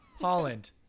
Holland